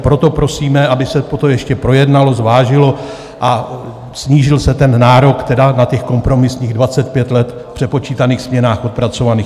Proto prosíme, aby se toto ještě projednalo, zvážilo a snížil se ten nárok na kompromisních 25 let v přepočítaných směnách odpracovaných.